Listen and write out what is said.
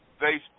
Facebook